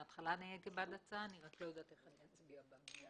מהתחלה אני הייתי בעד ההצעה אבל אני עוד לא יודעת איך אני אצביע במליאה.